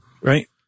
Right